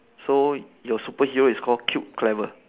so your superhero is called cute clever